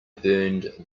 burned